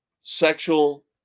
sexual